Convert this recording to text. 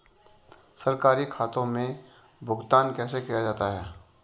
सरकारी खातों में भुगतान कैसे किया जाता है?